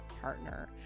partner